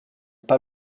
pas